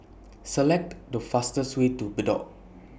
Select The fastest Way to Bedok